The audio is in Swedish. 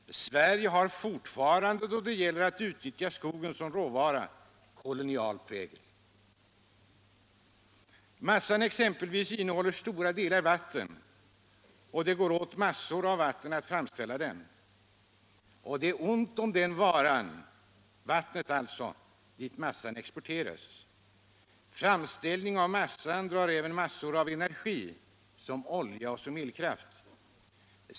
Sverige har fortfarande då det gäller att utnyttja skogen som råvara kolonial prägel. Massan exempelvis innehåller stora delar vatten, och det kräver mängder av vatten att framställa den. Det är ont om vatten i de områden dit massan exporteras. Framställningen av massan drar även mängder av energi — olja och elkraft.